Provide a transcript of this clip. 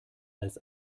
als